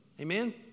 Amen